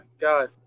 God